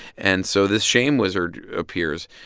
and so this shame wizard appears.